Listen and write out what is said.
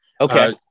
Okay